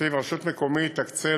שלפיו רשות מקומית תקצה